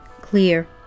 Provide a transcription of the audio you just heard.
clear